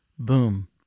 Boom